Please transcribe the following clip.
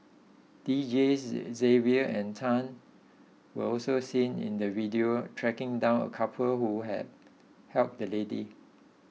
Deejays Xavier and Tan were also seen in the video tracking down a couple who had helped the lady